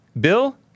Bill